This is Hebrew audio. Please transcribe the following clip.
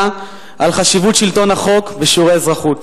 על חשיבות שלטון החוק בשיעורי אזרחות.